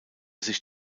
sich